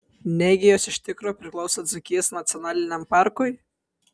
negi jos iš tikro priklauso dzūkijos nacionaliniam parkui